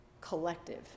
collective